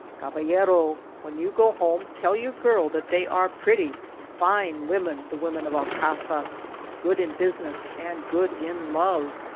caballero, when you go home tell your girl that they are pretty fine women, the women of alcazar. good in business, and good in love,